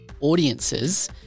audiences